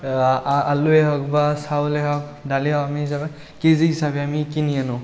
আলুৱে হওক বা চাউলে হওক দালি হওক আমি হিচাপে কেজি হিচাপে আমি কিনি আনো